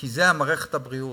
כי זו מערכת הבריאות,